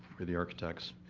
we're the architects.